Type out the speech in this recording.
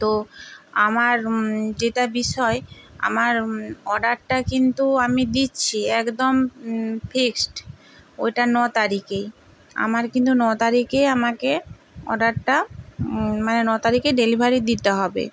তো আমার যেটা বিষয় আমার অর্ডারটা কিন্তু আমি দিচ্ছি একদম ফিক্সড ওইটা ন তারিকেই আমার কিন্তু ন তারিকে আমাকে অডারটা মানে ন তারিকে ডেলিভারি দিতে হবে